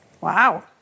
Wow